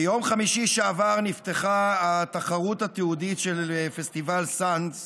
ביום חמישי שעבר נפתחה התחרות התיעודית של פסטיבל סאנדנס